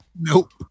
Nope